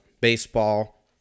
baseball